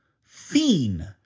fiend